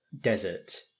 desert